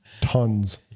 Tons